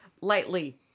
lightly